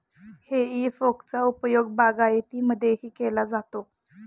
हेई फोकचा उपयोग बागायतीमध्येही केला जातो